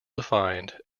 defined